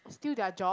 steal their job